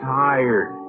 tired